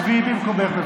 שבי במקומך,